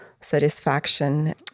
satisfaction